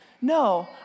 No